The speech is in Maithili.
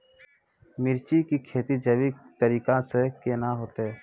मिर्ची की खेती जैविक तरीका से के ना होते?